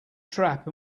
trap